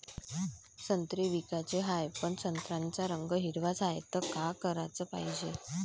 संत्रे विकाचे हाये, पन संत्र्याचा रंग हिरवाच हाये, त का कराच पायजे?